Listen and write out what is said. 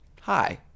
Hi